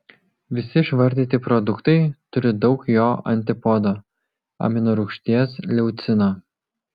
visi išvardyti produktai turi daug jo antipodo aminorūgšties leucino